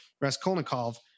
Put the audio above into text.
Raskolnikov